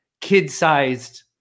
kid-sized